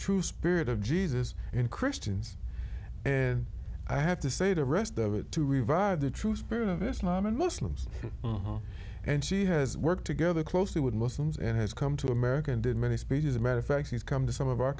true spirit of jesus and christians and i have to say the rest of it to revive the true spirit of islam and muslims and she has worked together closely with muslims and has come to america and in many speeches a matter of fact she's come to some of our